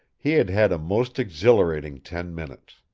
he had had a most exhilarating ten minutes.